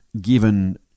given